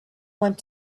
want